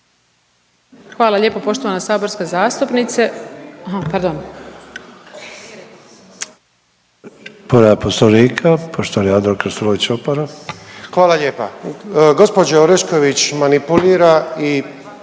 Hvala lijepo poštovana saborska zastupnice.